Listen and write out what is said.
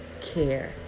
care